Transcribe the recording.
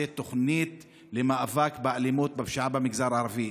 תוכנית למאבק באלימות בפשיעה במגזר הערבי.